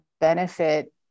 benefit